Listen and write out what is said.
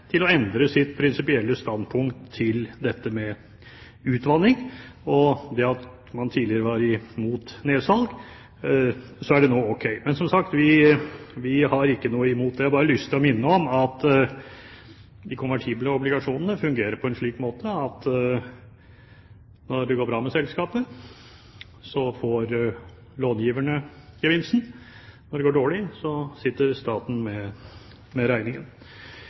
til å endre sitt prinsipielle standpunkt til dette med utvanning og at man tidligere var imot nedsalg – nå er det ok. Men som sagt, vi har ikke noe imot det. Jeg har bare lyst til å minne om at de konvertible obligasjonene fungerer på en slik måte at når det går bra med selskapet, får långiverne gevinsten. Når det går dårlig, sitter staten med regningen.